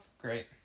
Great